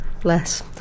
Bless